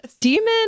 demon